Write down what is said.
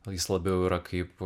jis labiau yra kaip